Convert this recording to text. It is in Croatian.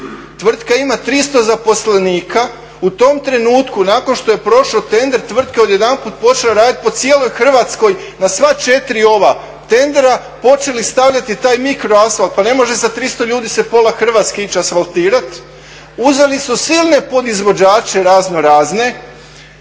Tvrtka ima 300 zaposlenika u tom trenutku nakon što je prošla tender tvrtka odjedanput počela raditi po cijeloj Hrvatskoj na sva 4 ova tendera, počeli stavljati taj mikroasfalt. Pa ne može sa 300 ljudi se pola Hrvatske ići asfaltirati. Uzeli su silne podizvođače raznorazne,